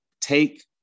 take